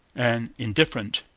and indifferent.